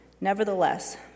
Nevertheless